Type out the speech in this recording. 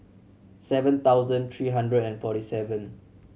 seven thousand three hundred and forty seven